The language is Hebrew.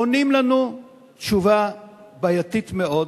עונים לנו תשובה בעייתית מאוד,